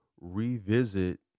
revisit